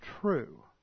true